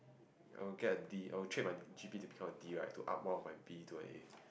I would get a D I would trade my G_P to become a D to up one of my B to a A